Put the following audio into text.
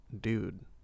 dude